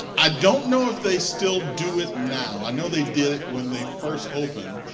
i don't know if they still do it now i know they did it when they first opened,